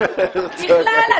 אם אתה שואל אותי,